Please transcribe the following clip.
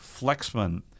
Flexman